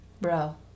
bro